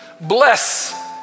bless